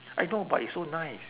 I know but it's so nice